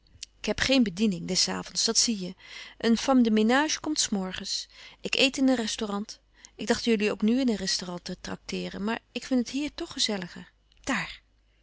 ik heb geen bediening des avonds dat zie je een femme de ménage komt s morgens ik eet in een restaurant ik dacht jullie ook nu in een restaurant te tracteeren maar ik vind het hier toch gezelliger dàar